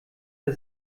der